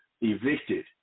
evicted